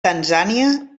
tanzània